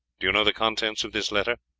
do you know the contents of this letter?